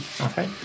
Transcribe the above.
Okay